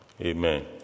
Amen